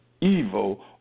evil